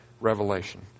revelation